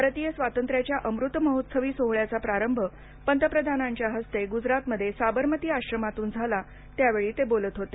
भारतीय स्वातंत्र्याच्या अमूतमहोत्सवी सोहळ्याचा प्रारंभ पंतप्रधानांच्या हस्ते गुजरातमध्ये साबरमती आश्रमातून झाला त्यावेळी ते बोलत होते